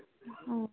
ꯑꯣ